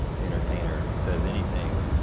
entertainer says anything